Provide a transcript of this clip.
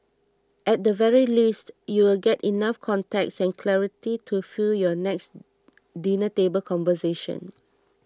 at the very least you'll get enough context and clarity to fuel your next dinner table conversation